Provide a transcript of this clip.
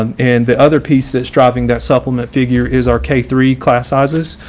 um and the other piece that's dropping that supplement figure is our k three class sizes.